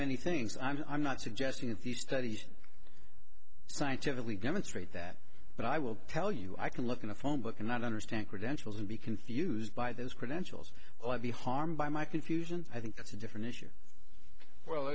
many things i'm not suggesting that these studies scientifically demonstrate that but i will tell you i can look in a phone book and not understand credentials and be confused by those credentials well i'd be harmed by my confusion i think that's a different issue well